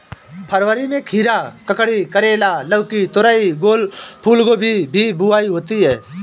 फरवरी में खीरा, ककड़ी, करेला, लौकी, तोरई, फूलगोभी की बुआई होती है